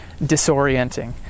disorienting